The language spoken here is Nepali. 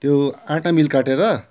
त्यो आँटा मिल काटेर